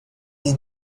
des